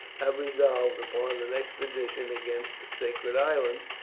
have resolved upon an expedition against the sacred island,